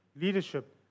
leadership